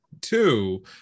two